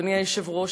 אדוני היושב-ראש,